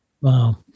Wow